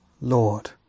Lord